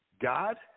God